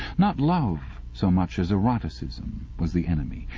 not love so much as eroticism was the enemy,